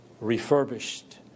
refurbished